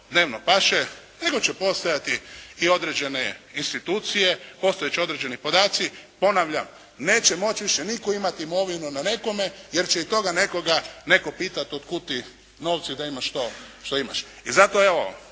dnevno paše, nego će postojati i određene institucije, postojat će određeni podaci. Ponavljam, neće moći više nitko imati imovinu na nekome, jer će i toga nekoga netko pitati od kud ti novci da imaš to što imaš. I zato, evo,